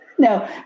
No